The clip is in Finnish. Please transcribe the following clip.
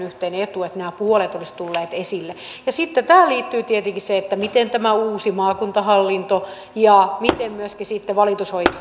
yhteinen etu että nämä puolet olisivat tulleet esille ja sitten tähän liittyy tietenkin se miten tämä uusi maakuntahallinto ja miten myöskin sitten valitusoikeus